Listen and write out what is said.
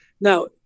Now